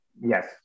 Yes